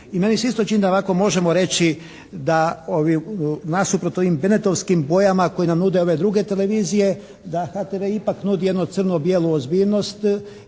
I meni se isto čini da ovako možemo reći da nasuprot ovim benetovskim bojama koje nam nude ove druge televizije da HTV ipak nudi jednu crno-bijelu ozbiljnost